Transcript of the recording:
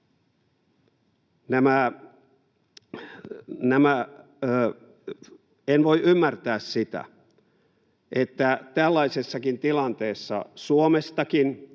En voi ymmärtää sitä, että tällaisessakin tilanteessa Suomestakin